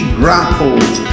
grapples